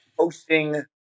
Hosting